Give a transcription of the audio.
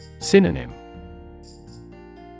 Synonym